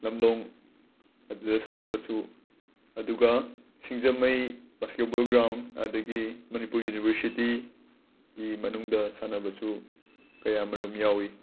ꯂꯝꯂꯣꯡ ꯑꯗꯨꯗ ꯁꯥꯟꯅꯕꯁꯨ ꯑꯗꯨꯒ ꯁꯤꯡꯖꯃꯩ ꯕꯥꯁꯀꯦꯠꯕꯣꯜ ꯒ꯭ꯔꯥꯎꯟ ꯑꯗꯒꯤ ꯃꯥꯅꯤꯄꯨꯔ ꯌꯨꯅꯤꯕꯔꯁꯤꯇꯤꯒꯤ ꯃꯅꯨꯡꯗ ꯁꯥꯟꯅꯕꯁꯨ ꯀꯌꯥ ꯑꯃꯔꯣꯝ ꯌꯥꯎꯋꯤ